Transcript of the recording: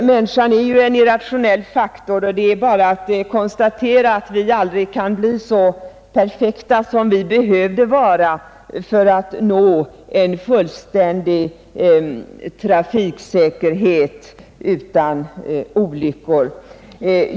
Människan är ju en irrationell faktor, och det är bara att konstatera att vi aldrig kan bli så perfekta som vi behövde vara för att uppnå en fullständig trafiksäkerhet utan olyckor.